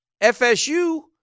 FSU